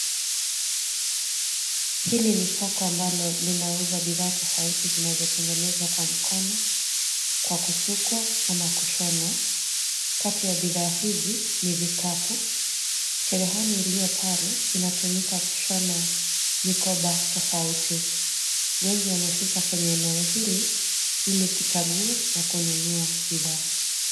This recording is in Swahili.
Hili ni soko ambalo linauza bidhaa tofauti zinazotengenezwa kwa mkono kwa kusukwa ama kushonwa. Kati ya bidhaa hizi ni vikapu. Cherehani iliyo pale inatumika kushona mikoba tofauti. Wengi wamefika kwenye eneo hili ili kuchagua na kununua bidhaa.